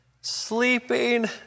sleeping